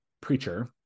Preacher